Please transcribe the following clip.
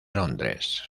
londres